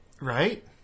Right